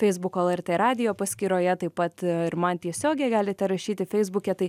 feisbuko lrt radijo paskyroje taip pat ir man tiesiogiai galite rašyti feisbuke tai